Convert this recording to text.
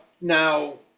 now